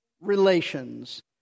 relations